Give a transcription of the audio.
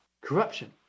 Corruption